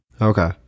okay